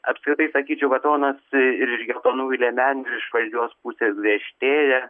apskritai sakyčiau va tonas ir iš geltonųjų liemenių ir iš valdžios pusės griežtėja